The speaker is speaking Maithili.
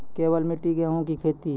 केवल मिट्टी गेहूँ की खेती?